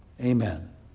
Amen